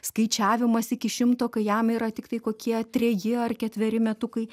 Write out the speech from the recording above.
skaičiavimas iki šimto kai jam yra tik tai kokie treji ar ketveri metukai